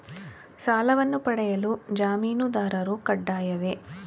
ಸಾಲವನ್ನು ಪಡೆಯಲು ಜಾಮೀನುದಾರರು ಕಡ್ಡಾಯವೇ?